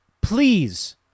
Please